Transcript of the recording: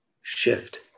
shift